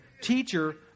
Teacher